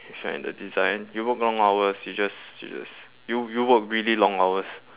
if you're in the design you work long hours you just you just you you work really long hours